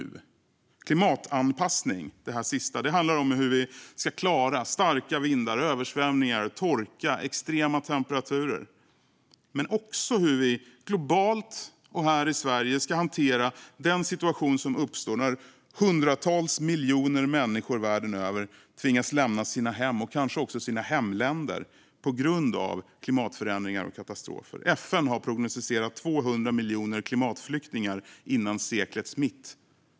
Det här sista, klimatanpassning, handlar om hur vi ska klara starka vindar, översvämningar, torka och extrema temperaturer. Men det handlar också om hur vi globalt och här i Sverige ska hantera den situation som uppstår när hundratals miljoner människor världen över tvingas lämna sina hem - och kanske också sina hemländer - på grund av klimatförändringar och katastrofer. FN har prognostiserat 200 miljoner klimatflyktingar innan seklets mitt.